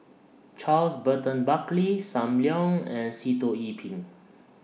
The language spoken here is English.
Charles Burton Buckley SAM Leong and Sitoh Yih Pin